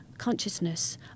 consciousness